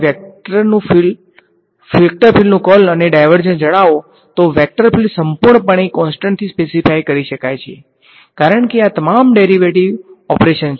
તેથી જો તમે મને વેક્ટર ફીલ્ડનું કર્લ અને ડાયવર્ઝન જણાવો તો વેક્ટર ફીલ્ડ સંપૂર્ણપણે કોન્સટંટ થી સ્પેસીફાય કરી શકાય છે કારણ કે આ તમામ ડેરિવેટિવ ઓપરેશન્સ છે